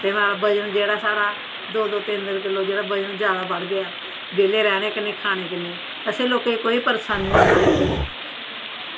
ते वजन जेह्ड़ा साढ़ा दो दो तिन्न तिन्न किलो वजन जेह्ड़ा जादै बद्ध गेआ बेह्ले रौह्ने कन्नै खानै कन्नै असें लोकें कोई परेशानी निं बनी